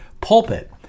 pulpit